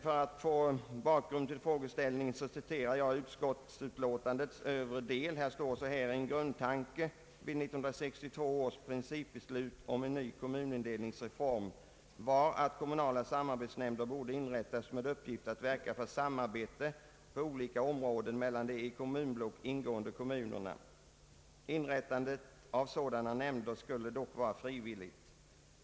För att ge en bakgrund till min fråga vill jag citera följande från utskottsutlåtandet: ”En grundtanke vid 1962 års principbeslut om en ny kommunindelningsreform var att kommunala samarbetsnämnder borde inrättas med uppgift att verka för samarbete på olika områden mellan de i ett kommunblock ingående kommunerna. Inrättandet av sådana nämnder skulle dock vara frivilligt.